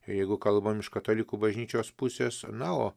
jeigu kalbam iš katalikų bažnyčios pusės na o